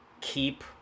keep